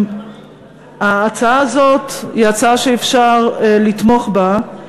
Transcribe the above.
ההצעה הזאת היא הצעה שאי-אפשר לתמוך בה,